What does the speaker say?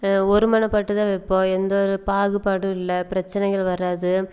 ஒரு மனப்பட்டு தான் வைப்போம் எந்த ஒரு பாகுபாடும் இல்லை பிரச்சினைகள் வராது